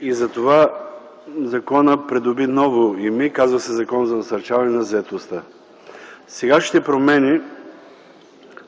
И затова законът придоби ново име – казва се Закон за насърчаване на заетостта. Сегашните промени